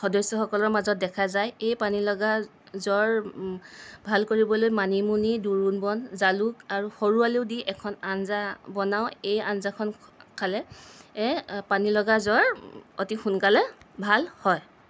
সদস্যসকলৰ মাজত দেখ যায় এই পানীলগা জ্বৰ ভাল কৰিবলৈ মানিমুনি দোৰোণবন জালুক আৰু সৰু আলু দি এখন আঞ্জা বনাওঁ এই আঞ্জাখন খালে পানীলগা জ্বৰ অতি সোনকালে ভাল হয়